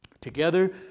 Together